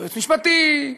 יועץ משפטי,